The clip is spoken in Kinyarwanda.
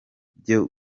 byo